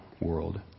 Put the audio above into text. world